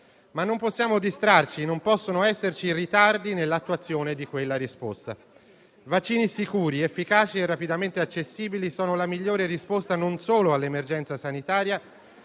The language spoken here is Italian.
Ma non possiamo distrarci e non possono esserci ritardi nell'attuazione di quella risposta. Vaccini sicuri, efficaci e rapidamente accessibili sono la migliore risposta non solo all'emergenza sanitaria,